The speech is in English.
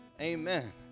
Amen